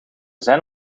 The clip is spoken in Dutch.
zijn